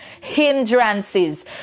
hindrances